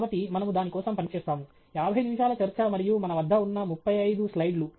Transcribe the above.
కాబట్టి మనము దాని కోసం పని చేస్తాము యాభై నిమిషాల చర్చ మరియు మన వద్ద ఉన్న ముప్పై ఐదు స్లైడ్లు